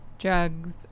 drugs